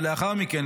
ולאחר מכן,